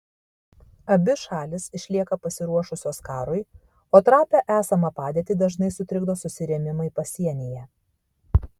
abi šalys išlieka pasiruošusios karui o trapią esamą padėtį dažnai sutrikdo susirėmimai pasienyje